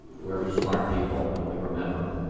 we're smart people and we remember